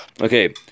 okay